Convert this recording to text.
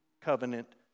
Covenant